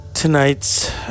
Tonight's